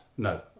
No